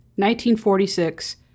1946